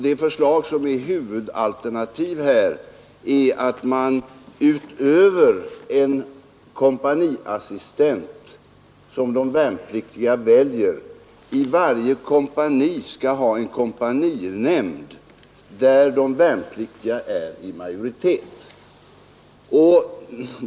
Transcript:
Det förslag som är huvudalternativ innebär att man, utöver en kompaniassistent som de värnpliktiga väljer, i varje kompani skall ha en kompaninämnd där de värnpliktiga är i majoritet.